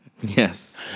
Yes